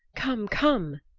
come, come!